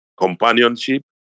companionship